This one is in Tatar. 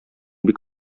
бик